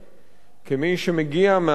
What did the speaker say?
כמי שמגיע מהאקדמיה,